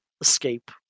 escape